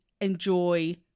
enjoy